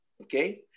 Okay